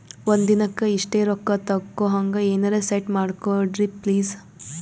ಒಂದಿನಕ್ಕ ಇಷ್ಟೇ ರೊಕ್ಕ ತಕ್ಕೊಹಂಗ ಎನೆರೆ ಸೆಟ್ ಮಾಡಕೋಡ್ರಿ ಪ್ಲೀಜ್?